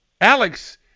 Alex